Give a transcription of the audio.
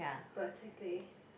vertically